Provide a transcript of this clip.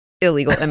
illegal